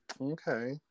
Okay